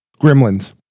Gremlins